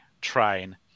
train